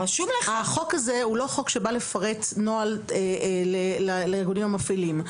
החוק הזה הוא לא חוק שבא לפרץ נוהל לארגונים המפעילים,